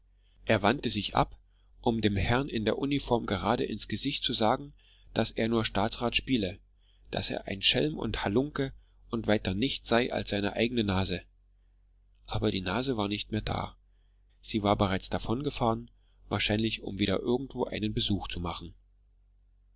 er wandte sich ab um dem herrn in der uniform gerade ins gesicht zu sagen daß er nur staatsrat spiele daß er ein schelm und halunke und weiter nichts sei als seine eigene nase aber die nase war nicht mehr da sie war bereits davongefahren wahrscheinlich um wieder irgendwo einen besuch zu machen